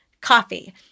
coffee